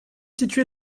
situé